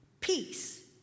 Peace